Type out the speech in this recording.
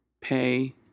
pay